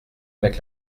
avec